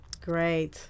Great